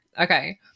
Okay